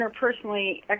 interpersonally